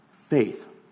faith